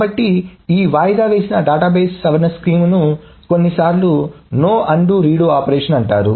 కాబట్టి ఈ వాయిదా వేసిన డేటాబేస్ సవరణ స్కీమ్ ను కొన్నిసార్లు నో అన్డు రీడో ఆపరేషన్ అంటారు